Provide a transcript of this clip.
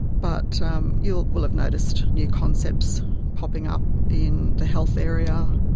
but um you will have noticed new concepts popping up in the health area,